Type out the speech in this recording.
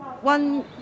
One